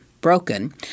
broken